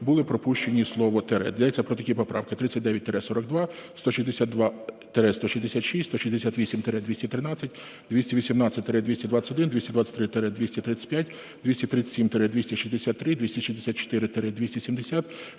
були пропущені слова "тире". Йдеться про такі поправки: 39-42, 162-166 та 168-213, 218-221, 223-235, 237-263, 264-270,